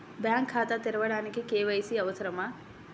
Bank ఖాతా తెరవడానికి KYC అవసరమా?